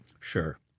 Sure